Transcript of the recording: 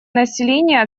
населения